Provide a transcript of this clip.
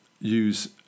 use